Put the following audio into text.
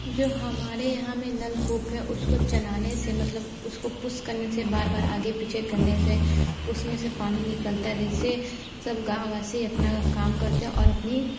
जो हमारे यहाँ में नलकूप है उसको चलाने से मतलब उसको पुश करने से बार बार आगे पीछे करने से उसमें से पानी निकलता है जिससे सब गाँववासी अपना काम करते हैं और अपनी